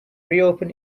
reopen